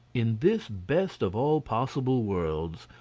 in this best of all possible worlds,